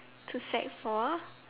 to sec four